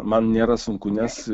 man nėra sunku nes